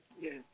Yes